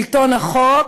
שלטון החוק,